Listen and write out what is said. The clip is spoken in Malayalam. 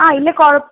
ആ ഇല്ല